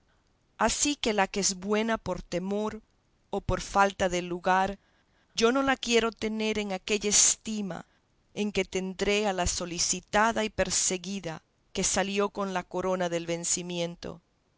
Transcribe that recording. ansí que la que es buena por temor o por falta de lugar yo no la quiero tener en aquella estima en que tendré a la solicitada y perseguida que salió con la corona del vencimiento